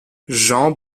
jean